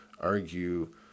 argue